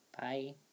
Bye